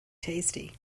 tasty